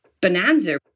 bonanza